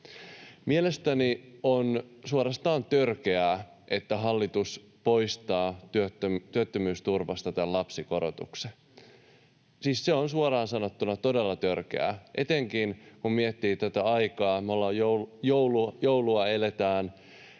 Mielestäni on suorastaan törkeää, että hallitus poistaa työttömyysturvasta tämän lapsikorotuksen. Siis se on suoraan sanottuna todella törkeää, etenkin kun miettii tätä aikaa. Me eletään